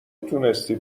تونستی